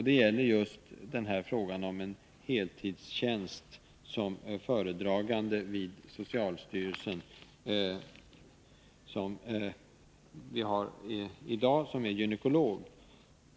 Det gäller frågan om den heltidstjänst som föredragande vid socialstyrelsen som i dag innehas av en gynekolog.